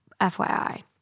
FYI